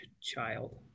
child